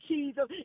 Jesus